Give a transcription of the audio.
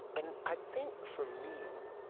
and i think, for me,